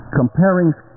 comparing